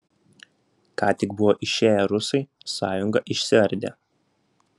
ką tik buvo išėję rusai sąjunga išsiardė